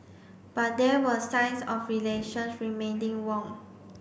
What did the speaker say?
but there were signs of relations remaining warm